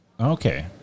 Okay